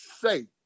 say